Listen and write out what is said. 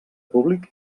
públic